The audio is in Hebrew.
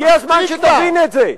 הגיע הזמן שתבין את זה.